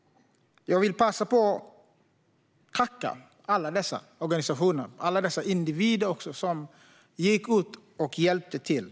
Jag vill passa på att tacka alla dessa organisationer och alla dessa individer som gick ut och hjälpte till.